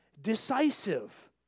decisive